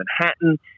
Manhattan